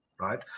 right